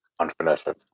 entrepreneurship